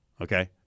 Okay